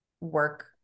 work